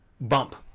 bump